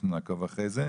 אנחנו נעקוב אחרי זה.